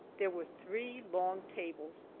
there were three long tables,